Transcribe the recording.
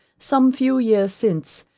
some few years since,